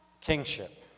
kingship